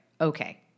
Okay